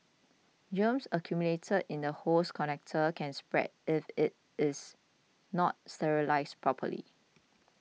germs accumulated in the hose connector can spread if it is not sterilised properly